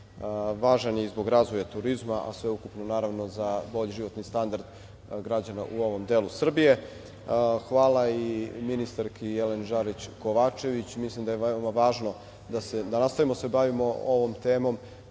Važan je i zbog razvoja turizma, a sveukupno, naravno, za bolji životni standard građana u ovom delu Srbije. Hvala i ministarki Jeleni Žarić Kovačević. Mislim da je važno da nastavimo da se bavimo ovom temom